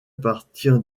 partir